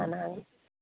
दानाय